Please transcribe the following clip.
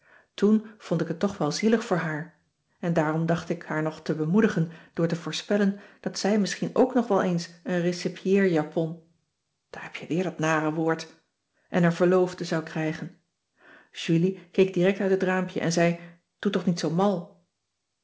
toen vond ik het toch wel zielig voor haar en daarom dacht ik haar nog te bemoedigen door te voorspellen dat zij misschien ook nog wel eens een recepiëerjapon daar heb je weer dat nare woord en een verloofde zou krijgen julie keek direct uit het raampje en zei doe toch niet zoo mal